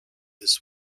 his